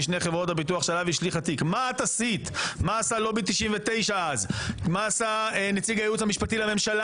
חברי הוועדה, העליתם את הנושא של תורם אנונימי.